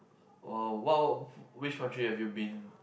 !wow! what what which country have you been